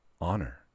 honor